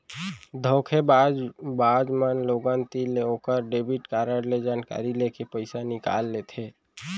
धोखेबाज बाज मन लोगन तीर ले ओकर डेबिट कारड ले जानकारी लेके पइसा निकाल लेथें